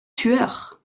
tueur